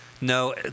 No